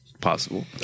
possible